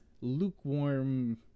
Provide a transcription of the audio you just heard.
lukewarm